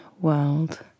world